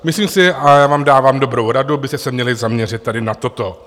Myslím si a já vám dávám dobrou radu že byste se měli zaměřit tady na toto.